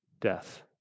death